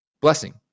Blessing